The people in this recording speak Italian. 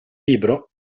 libro